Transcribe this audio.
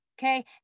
Okay